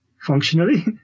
functionally